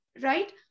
right